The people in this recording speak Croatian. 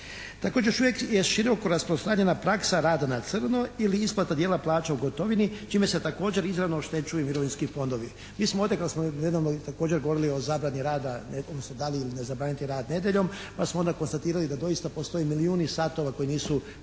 Također još uvijek je široko rasprostranjena praksa rada na crno ili isplata djela plaća u gotovini čime se također izravno oštećuju mirovinski fondovi. Mi smo ovdje, kad smo nedavno i također govorili o zabrani odnosno da li zabraniti rad nedjeljom, pa smo onda konstatirali da doista postoje milijuni satova koji nisu